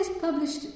published